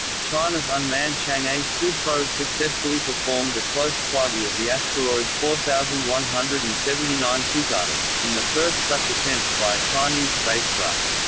china's unmanned chang'e two probe successfully performs a close flyby of the asteroid four thousand one hundred and seventy nine toutatis, in the first such attempt by a chinese spacecraft.